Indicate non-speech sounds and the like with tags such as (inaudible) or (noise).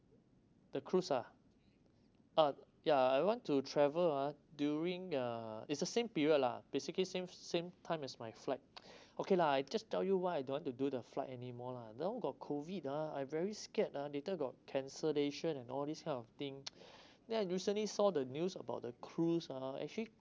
the cruise uh ya I want to travel ah during uh it's the same period lah basically same same time as my flight (breath) okay lah I just tell you why I don't want to do the flight anymore lah now got COVID ah I very scared ah later got cancellation and all this kind of thing (breath) then recently saw the news about the cruise ah actually